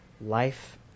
life